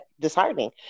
disheartening